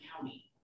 county